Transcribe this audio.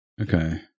Okay